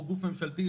או גוף ממשלתי,